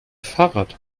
fahrrad